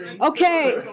Okay